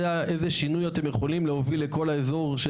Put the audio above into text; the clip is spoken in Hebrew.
אני יודע איזה שינוי אתם יכולים להביא לכל האזור.